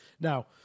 Now